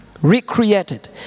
Recreated